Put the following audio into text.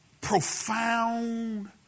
profound